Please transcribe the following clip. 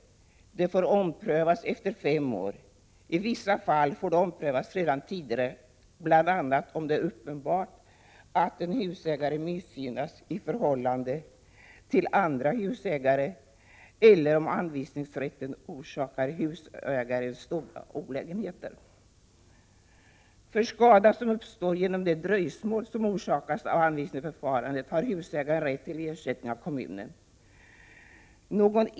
Det får omprövas efter fem år — i vissa fall redan tidigare, bl.a. om det är uppenbart att en husägare missgynnas i förhållande till andra husägare eller om anvisningsrätten orsakar husägaren stora olägenheter. För skada som uppstår genom det 13 dröjsmål som orsakas av anvisningsförfarandet har husägare rätt till ersättning av kommunen.